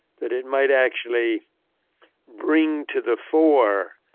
that it might actually bring to the fore,